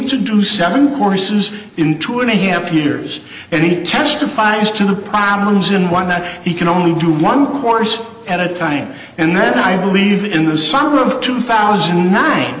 to do seven courses in two and a half years and he testifies to the problems in one that he can only do one course at a time and then i believe in the summer of two thousand